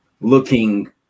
looking